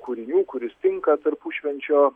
kūrinių kuris tinka tarpušvenčio